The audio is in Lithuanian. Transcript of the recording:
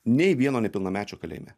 nei vieno nepilnamečio kalėjime